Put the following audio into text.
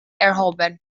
erhoben